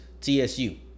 tsu